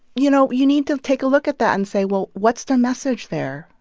you know, you need to take a look at that and say, well, what's the message there?